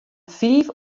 fiif